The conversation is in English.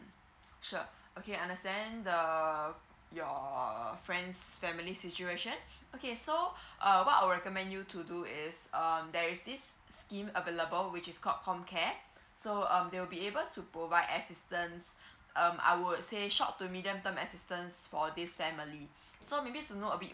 sure okay understand the your friend's family situation okay so um what I'll recommend you to do is um there is this scheme available which is called com care so um they will be able to provide assistants um I would say short to medium term assistance for this family so maybe to know a bit